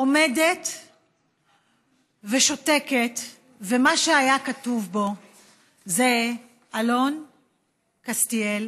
עומדת ושותקת, ומה שהיה כתוב בו זה "אלון קסטיאל